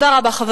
חבר